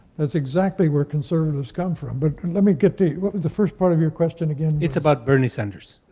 that's exactly where conservatives come from. but let me get to, what was the first part of your question again? it's about bernie sanders.